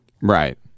Right